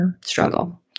struggle